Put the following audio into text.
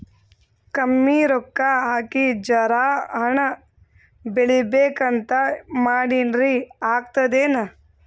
ಕಮ್ಮಿ ರೊಕ್ಕ ಹಾಕಿ ಜರಾ ಹಣ್ ಬೆಳಿಬೇಕಂತ ಮಾಡಿನ್ರಿ, ಆಗ್ತದೇನ?